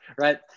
right